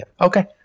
Okay